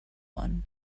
one